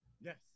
Yes